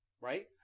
right